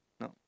No